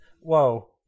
Whoa